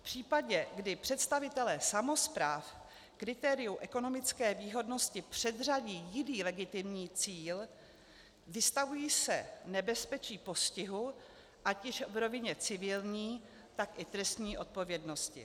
V případě, kdy představitelé samospráv kritériu ekonomické výhodnosti předřadí jiný legitimní cíl, vystavují se nebezpečí postihu ať již v rovině civilní, tak i trestní odpovědnosti.